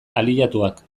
aliatuak